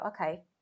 okay